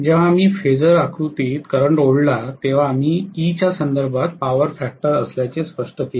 जेव्हा आम्ही फेजर आकृतीत करंट ओढला तेव्हा आम्ही E च्या संदर्भात पॉवर फॅक्टर असल्याचे स्पष्ट केले